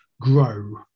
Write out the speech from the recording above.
grow